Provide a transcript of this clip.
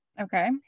Okay